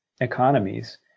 economies